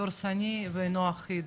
דורסני ואינו אחיד.